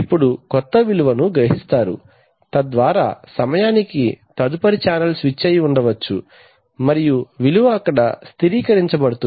ఇప్పుడు క్రొత్త విలువను గ్రహిస్తారు తద్వారా సమయానికి తదుపరి ఛానల్ స్విచ్ అయి ఉంచవచ్చు మరియు విలువ అక్కడ స్థిరీకరించబడుతుంది